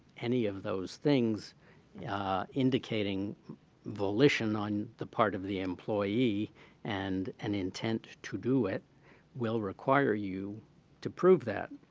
any of those things indicating volition on the part of the employee and an intent to do it will require you to prove that.